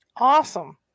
Awesome